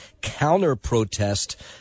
counter-protest